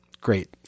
great